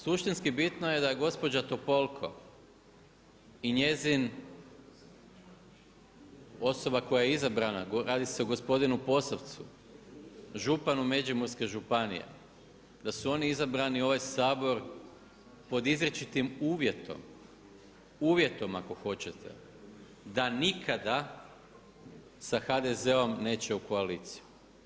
Suštinski bitno je da gospođa Topolko i njezin osoba koja je izabrana radi se o gospodinu Posavcu, županu Međimurske županije da su oni izabrani u ovaj Sabor pod izričitim uvjetom, uvjetom ako hoćete da nikada sa HDZ-om neće u koaliciju.